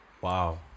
Wow